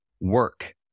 work